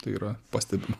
tai yra pastebima